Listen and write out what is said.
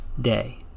day